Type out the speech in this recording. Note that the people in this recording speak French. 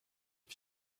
est